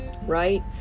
right